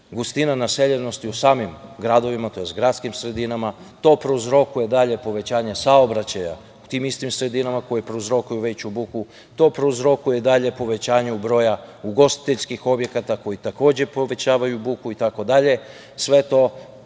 gustina naseljenosti u samim gradovima, tj. gradskim sredinama. To prouzrokuje dalje povećanje saobraćaja u tim istim sredinama, koje prouzrokuju veću buku. To prouzrokuje dalje povećanje broja ugostiteljskih objekata, koji takođe povećavaju buku itd. Sve to nije